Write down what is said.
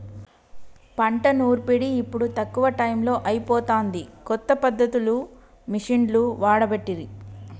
పంట నూర్పిడి ఇప్పుడు తక్కువ టైములో అయిపోతాంది, కొత్త పద్ధతులు మిషిండ్లు వాడబట్టిరి